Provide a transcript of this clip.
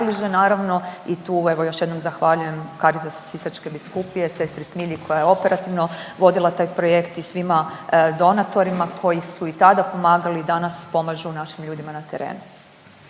evo još jednom zahvaljujem Caritasu sisačke biskupije, sestri Smilji koja je operativno vodila taj projekt i svima donatorima koji su i tada pomagali i danas pomažu našim ljudima na terenu.